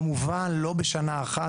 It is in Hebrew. כמובן, לא בשנה אחת.